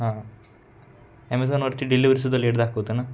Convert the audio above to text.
हां ॲमेझॉनवरती डिलिवरीसुद्धा लेट दाखवतं ना